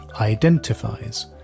IDENTIFIES